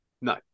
No